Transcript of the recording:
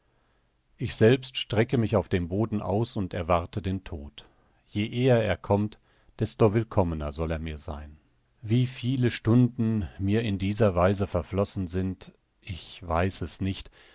ich selbst strecke mich auf dem boden aus und erwarte den tod je eher er kommt desto willkommener soll er mir sein wie viele stunden mir in dieser weise verflossen sind ich weiß es nicht